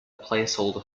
placeholder